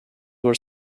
were